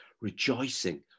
Rejoicing